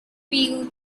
feel